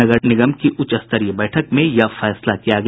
नगर निगम की उच्चस्तरीय बैठक में यह फैसला किया गया